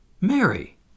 Mary